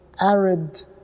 arid